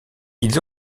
ils